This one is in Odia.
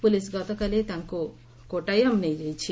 ପୁଲିସ ଗତକାଲି ତାଙ୍କୁ କୋଟାୟାମ୍ ନେଇଯାଇଛି